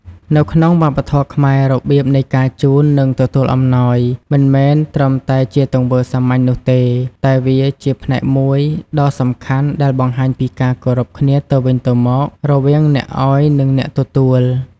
នៅក្នុងវប្បធម៌ខ្មែរ របៀបនៃការជូន និងទទួលអំណោយមិនមែនត្រឹមតែជាទង្វើសាមញ្ញនោះទេ តែវាជាផ្នែកមួយដ៏សំខាន់ដែលបង្ហាញពីការគោរពគ្នាទៅវិញទៅមក រវាងអ្នកឲ្យ និងអ្នកទទួល។